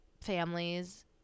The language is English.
families